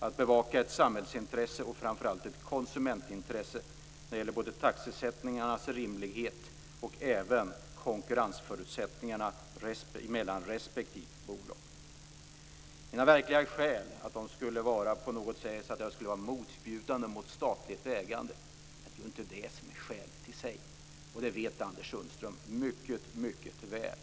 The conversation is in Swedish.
Att bevaka är ett samhällsintresse och framför allt ett konsumentintresse när det gäller både taxesättningarnas rimlighet och konkurrensförutsättningarna mellan respektive bolag. Att mina verkliga skäl skulle vara att jag är emot statligt ägande stämmer inte, och det vet Anders Sundström mycket väl.